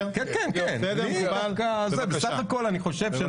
זה גם סיפור ברוח טובה שאתה מאוד תאהב אותו.